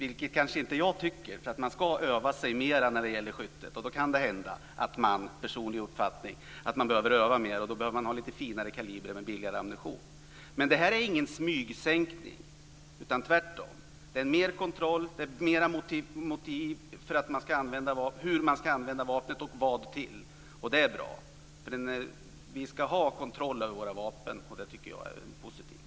Jag kanske inte tycker det, eftersom det kan hända att man behöver ha lite finare kalibrar med billigare ammunition om man ska öva sig mer när det gäller skytte. Det är en personlig uppfattning. Det här är ingen smygsänkning - tvärtom. Det handlar om mer kontroll och mer motiveringar när det gäller hur och till vad man ska använda vapnet. Det är bra. Vi ska ha kontroll över våra vapen. Det tycker jag är positivt.